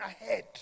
ahead